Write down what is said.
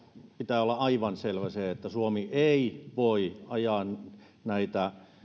pitää olla aivan selvää että suomi ei voi ajaa näitä